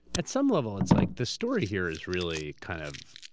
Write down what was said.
at some level, it's like this story here is really kind of.